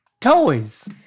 toys